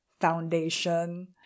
foundation